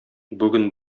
бүген